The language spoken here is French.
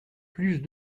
plus